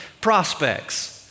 prospects